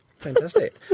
Fantastic